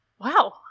Wow